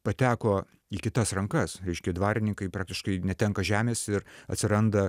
pateko į kitas rankas reiškia dvarininkai praktiškai netenka žemės ir atsiranda